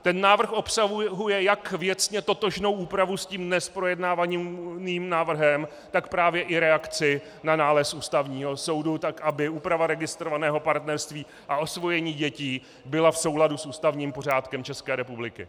Ten návrh obsahuje jak věcně totožnou úpravu s dnes projednávaným návrhem, tak právě i reakci na nález Ústavního soudu, tak aby úprava registrovaného partnerství a osvojení dětí byla v souladu s ústavním pořádkem České republiky.